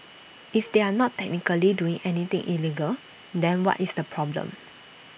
if they are not technically doing anything illegal then what is the problem